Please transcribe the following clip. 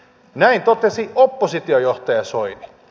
näin totesi oppositiojohtaja soini